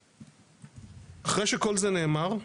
אחרי שכל זה נאמר,